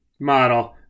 model